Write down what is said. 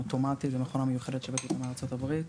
האוטומטית, זו מכונה מיוחדת שהבאתי אותה מארה"ב.